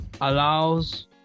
Allows